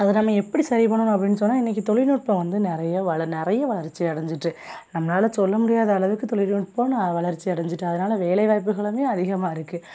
அது நம்ம எப்படி சரி பண்ணணும் அப்படின்னு சொன்னால் இன்றைக்கி தொழில்நுட்பம் வந்து நிறையா வளந் நிறையா வளர்ச்சி அடைஞ்சிட்டு நம்மளால் சொல்லமுடியாத அளவுக்கு தொழில்நுட்பம் நான் வளர்ச்சி அடைஞ்சிட்டு அதனால வேலை வாய்ப்புகளுமே அதிகமாக இருக்குது